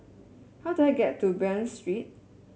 how do I get to Bain Street